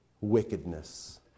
wickedness